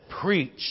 preach